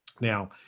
Now